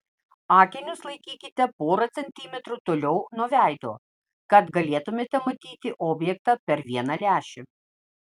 akinius laikykite porą centimetrų toliau nuo veido kad galėtumėte matyti objektą per vieną lęšį